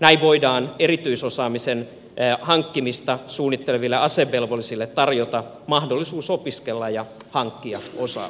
näin voidaan erityisosaamisen hankkimista suunnitteleville asevelvollisille tarjota mahdollisuus opiskella ja hankkia osaamista